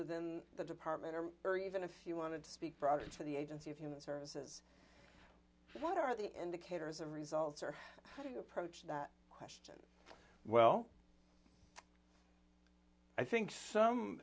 within the department or even if you wanted to speak broadly for the agency of human services what are the indicators of results or how do you approach that question well i think some